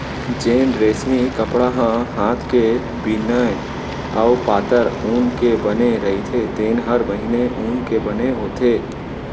जेन रेसमी कपड़ा ह हात के बिने अउ पातर ऊन के बने रइथे तेन हर महीन ऊन के बने होथे